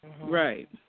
right